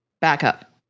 backup